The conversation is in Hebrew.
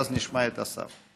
ואז נשמע את השר.